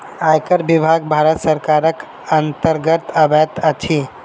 आयकर विभाग भारत सरकारक अन्तर्गत अबैत अछि